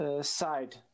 Side